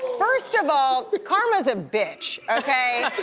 first of all karma is a bitch, ok.